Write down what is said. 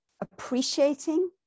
appreciating